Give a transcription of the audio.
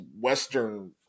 western